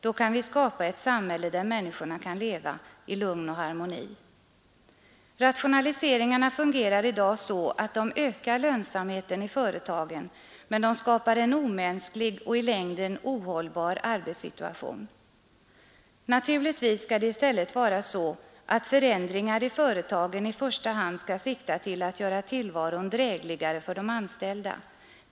Då kan vi skapa ett samhälle där människorna kan leva i lugn och harmoni. Rationaliseringarna fungerar i dag så att de ökar lönsamheten i företagen, men de skapar en omänsklig och i längden ohållbar arbetssituation. Naturligtvis skall det i stället vara så att förändringar i företagen i första hand skall sikta till att göra tillvaron drägligare för de anställda.